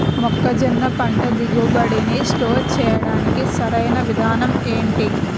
మొక్కజొన్న పంట దిగుబడి నీ స్టోర్ చేయడానికి సరియైన విధానం ఎంటి?